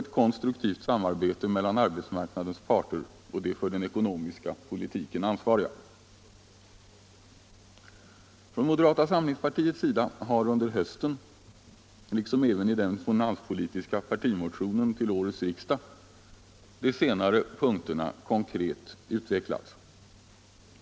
Ett konstruktivt samarbete mellan arbetsmarknadens parter och de för den ekonomiska politiken ansvariga. Från moderata samlingspartiets sida har under hösten — liksom även i den finanspolitiska partimotionen till årets riksdag — de senare punkterna konkret utvecklats.